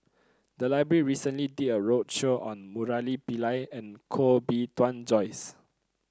the library recently did a roadshow on Murali Pillai and Koh Bee Tuan Joyce